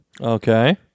Okay